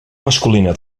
masculina